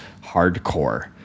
Hardcore